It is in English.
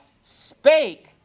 spake